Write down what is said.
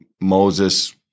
Moses